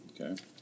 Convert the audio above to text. Okay